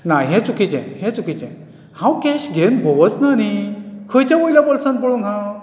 ना हें चुकिचें हें चुकिचें हांव कॅश घेंवन भोंवच ना न्ही खंयच्या वयल्या बाॅल्सान पळोंव हांव